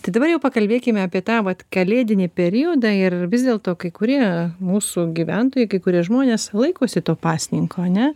tai dabar jau pakalbėkime apie tą vat kalėdinį periodą ir vis dėlto kai kurie mūsų gyventojai kai kurie žmonės laikosi to pasninko ane